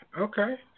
Okay